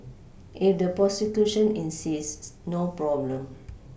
if the prosecution insists no problem